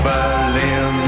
Berlin